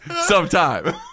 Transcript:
Sometime